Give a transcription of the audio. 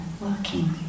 working